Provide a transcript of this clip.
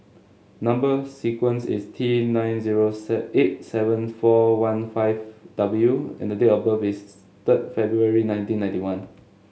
number sequence is T nine zero eight seven four one five W and the date of birth is third February nineteen ninety one